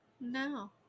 no